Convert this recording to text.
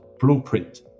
blueprint